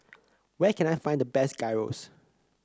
where can I find the best Gyros